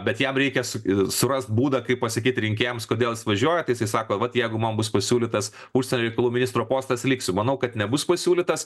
bet jam reikia su surast būdą kaip pasakyt rinkėjams kodėl jis važiuoja tai jisai sako vat jeigu man bus pasiūlytas užsienio reikalų ministro postas liksiu manau kad nebus pasiūlytas